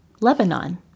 Lebanon